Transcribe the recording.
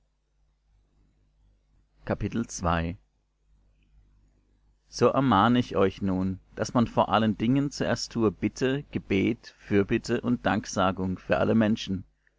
so ermahne ich euch nun daß man vor allen dingen zuerst tue bitte gebet fürbitte und danksagung für alle menschen